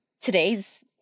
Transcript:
today's